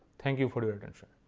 thank you for your attention.